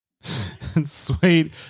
Sweet